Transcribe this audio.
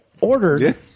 Ordered